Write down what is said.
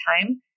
time